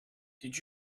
did